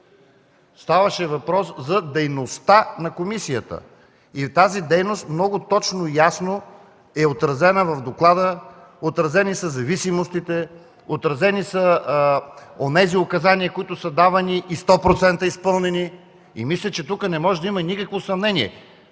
Ставаше въпрос за дейността на комисията, тя много точно и ясно е отразена в доклада. Отразени са зависимостите, отразени са онези указания, които са давани и 100% са изпълнени. Мисля, че тук не може да има никакво съмнение.